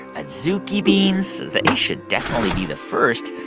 adzuki beans they should definitely be the first.